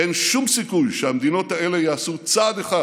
אין שום סיכוי שהמדינות האלה יעשו צעד אחד